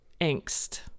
angst